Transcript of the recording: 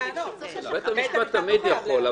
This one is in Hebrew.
בית המשפט תמיד יכול.